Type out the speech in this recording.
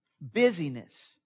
Busyness